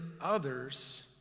others